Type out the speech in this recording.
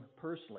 personally